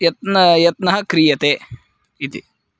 यत्नः यत्नः क्रियते इति